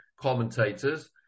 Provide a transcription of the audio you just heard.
commentators